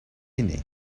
ainé